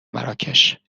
مراکش